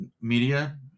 media